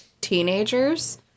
teenagers